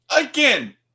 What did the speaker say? Again